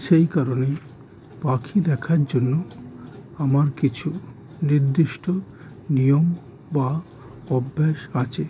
সেই কারণে পাখি দেখার জন্য আমার কিছু নির্দিষ্ট নিয়ম বা অভ্যাস আছে